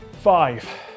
Five